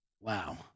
Wow